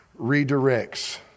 redirects